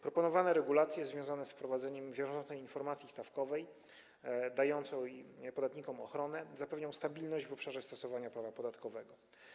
Proponowane regulacje związane z wprowadzeniem wiążącej informacji stawkowej, która daje podatnikom ochronę, zapewnią stabilność w obszarze stosowania prawa podatkowego.